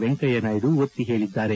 ವೆಂಕಯ್ಣನಾಯ್ಡು ಒತ್ತಿ ಹೇಳಿದ್ದಾರೆ